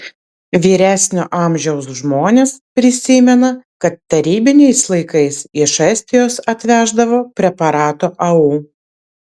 vyresnio amžiaus žmonės prisimena kad tarybiniais laikais iš estijos atveždavo preparato au